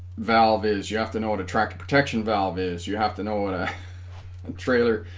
valve is you have to know what a tractor protection valve is you have to know what a trailer